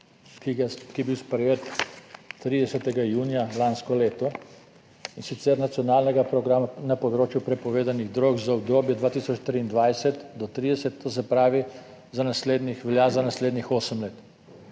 ki je bil sprejet 30. junija lansko leto, in sicer Nacionalnega programa na področju prepovedanih drog za obdobje 2023-2030, to se pravi za naslednjih, velja